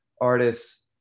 artists